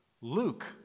Luke